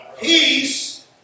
Peace